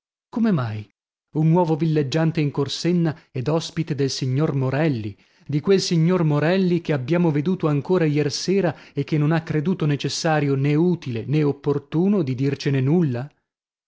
come mai un nuovo villeggiante in corsenna ed ospite del signor morelli di quel signor morelli che abbiamo veduto ancora iersera e che non ha creduto necessario nè utile nè opportuno di dircene nulla